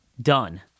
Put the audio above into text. Done